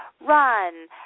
run